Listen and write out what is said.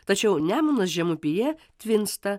tačiau nemunas žemupyje tvinsta